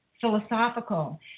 philosophical